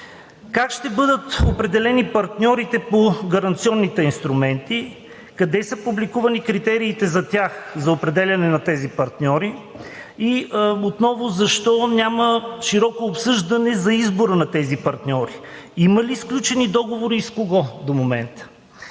Как ще бъдат определени партньорите по гаранционните инструменти? Къде са публикувани критериите за тях за определяне на тези партньори? И отново защо няма широко обсъждане за избора на тези партньори? Има ли сключени договори и с кого до момента?